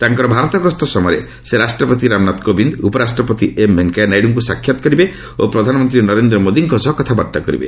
ତାଙ୍କର ଭାରତ ଗସ୍ତ ସମୟରେ ସେ ରାଷ୍ଟ୍ରପତି ରାମନାଥ କୋବିନ୍ଦ ଉପରାଷ୍ଟ୍ରପତି ଏମ୍ ଭେଙ୍କୟାନାଇଡୁଙ୍କୁ ସାକ୍ଷାତ କରିବେ ଓ ପ୍ରଧାନମନ୍ତ୍ରୀ ନରେନ୍ଦ୍ର ମୋଦିଙ୍କ ସହ କଥାବାର୍ତ୍ତା କରିବେ